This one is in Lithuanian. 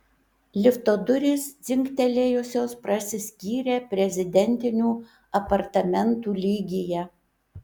lifto durys dzingtelėjusios prasiskyrė prezidentinių apartamentų lygyje